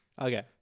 Okay